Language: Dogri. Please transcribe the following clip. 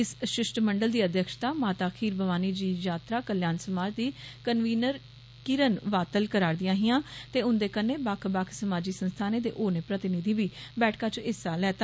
इस शिष्टमंडल दी अध्यक्षता माता खीर भवानी जी यात्रा कल्याण समाज दी कंवीनर किरण वात्तल करा र दियां हियां ते उंदे कन्नै बक्ख बक्ख समाजी संस्थानें दे होरनें प्रतिनिधिएं बी बैठका च हिस्सा लैता